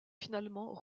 finalement